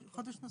חודש?